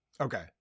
Okay